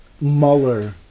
Mueller